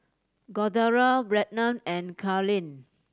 Cordaro Brennan and Carleen